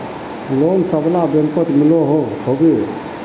Loan सबला बैंकोत मिलोहो होबे?